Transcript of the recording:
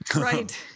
Right